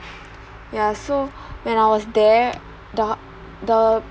yeah so when I was there the the